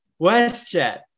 WestJet